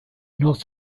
north